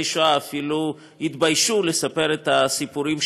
שואה אפילו התביישו לספר את הסיפורים שלהם,